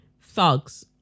thugs